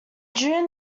june